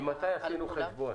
ממתי עשינו חשבון?